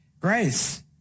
Grace